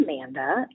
Amanda